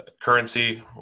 currency